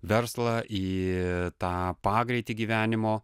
verslą į tą pagreitį gyvenimo